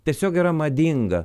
tiesiog yra madinga